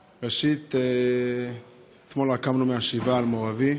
ראשית, אתמול רק קמנו מהשבעה על מור אבי,